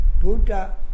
Buddha